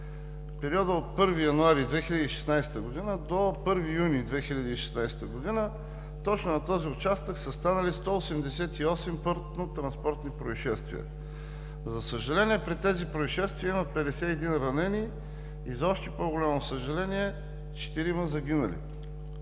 периода от 1 януари 2016 г. до 1 юни 2016 г. точно на този участък са станали 188 пътнотранспортни произшествия. За съжаление, при тези произшествия има 51 ранени. И за още по-голямо съжаление – 4 загинали.